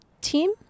team